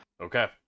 Okay